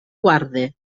guarde